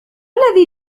الذي